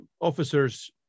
officers